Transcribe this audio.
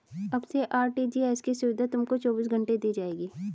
अब से आर.टी.जी.एस की सुविधा तुमको चौबीस घंटे दी जाएगी